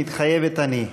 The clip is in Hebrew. "מתחייבת אני".